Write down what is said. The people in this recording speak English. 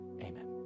amen